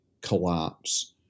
collapse